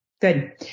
Good